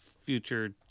future